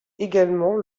également